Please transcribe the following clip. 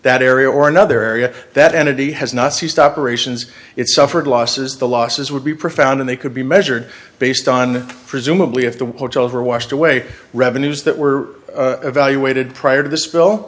that area or another area that entity has not ceased operations it suffered losses the losses would be profound and they could be measured based on presumably if the hotels were washed away revenues that were evaluated prior to th